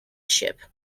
ship